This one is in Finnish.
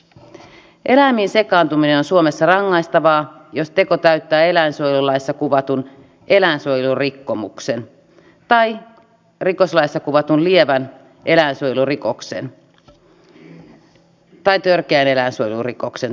eläimiin sekaantuminen on suomessa rangaistavaa jos teko täyttää eläinsuojelulaissa kuvatun eläinsuojelurikkomuksen tai rikoslaissa kuvatun lievän eläinsuojelurikoksen tai törkeän eläinsuojelurikoksen tunnusmerkistön